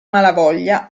malavoglia